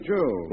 Joe